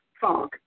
fog